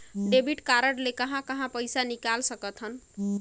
Debit card ले कहां कहां पइसा निकाल सकथन?